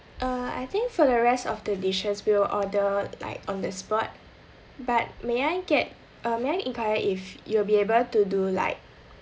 uh I think for the rest of the dishes we will order like on the spot but may I get uh may I enquire if you'll be able to do like